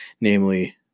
namely